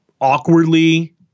awkwardly